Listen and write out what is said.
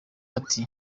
ati